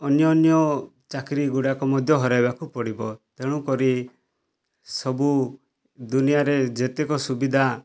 ଅନ୍ୟ ଅନ୍ୟ ଚାକିରୀଗୁଡ଼ାକ ମଧ୍ୟ ହରାଇବାକୁ ପଡ଼ିବ ତେଣୁକରି ସବୁ ଦୁନିଆରେ ଯେତେକ ସୁବିଧା